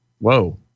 whoa